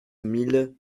mille